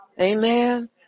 Amen